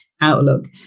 outlook